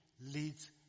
leads